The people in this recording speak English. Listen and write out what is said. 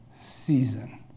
season